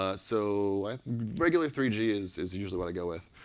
a so regular three g is is usually what i go with.